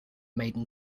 maiden